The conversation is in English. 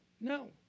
No